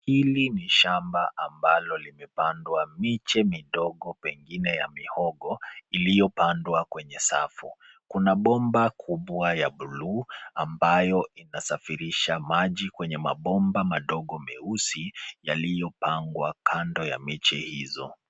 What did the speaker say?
Hili ni shamba ambalo limepandwa miche midogo pengine ya mihogo iliyopandwa kwenye safu. Kuna bomba kubwa ya buluu ambayo inasafirisha maji kwenye mabomba madogo meusi yalipangwa kando ya miche hizo.